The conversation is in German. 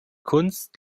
kunst